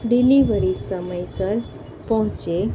delivery સમયસર પહોંચે